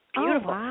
beautiful